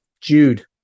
jude